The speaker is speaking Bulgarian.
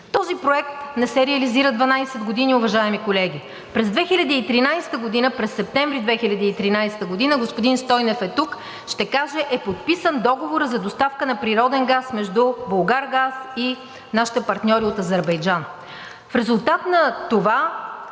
Този проект не се реализира 12 години, уважаеми колеги. През 2013 г., през септември 2013 г. – господин Стойнев е тук, ще каже, е подписан договорът за доставка за природен газ между „Булгаргаз“ и нашите партньори от Азербайджан. В резултат на това